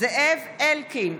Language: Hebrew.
זאב אלקין,